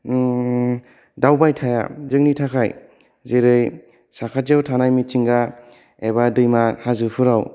दावबायथाया जोंनि थाखाय जेरै साखाथिआव थानाय मिथिंगा एबा दैमा हाजोफोराव